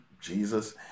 Jesus